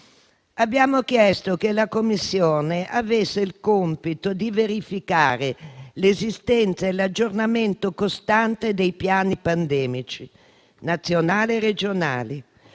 Abbiamo chiesto che la Commissione avesse il compito di verificare l'esistenza e l'aggiornamento costante dei piani pandemici nazionale e regionali,